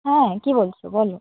হ্যাঁ কী বলছো বলো